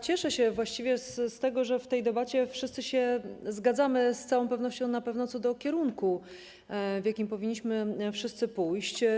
Cieszę się z tego, że w tej debacie wszyscy się zgadzamy z całą pewnością, na pewno, co do kierunku, w jakim powinniśmy wszyscy pójść.